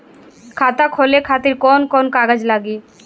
खाता खोले खातिर कौन कौन कागज लागी?